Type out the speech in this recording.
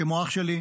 כמו אח שלי,